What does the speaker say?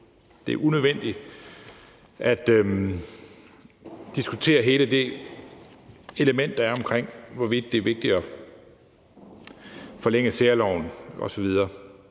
det er unødvendigt at diskutere hele det element, der handler om, hvorvidt det er vigtigt at forlænge særloven osv.